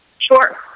Sure